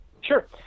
Sure